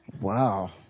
Wow